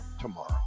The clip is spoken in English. tomorrow